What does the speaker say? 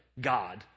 God